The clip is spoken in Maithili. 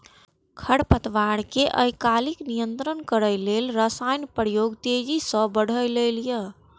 खरपतवार कें आइकाल्हि नियंत्रित करै लेल रसायनक प्रयोग तेजी सं बढ़लैए